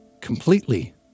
completely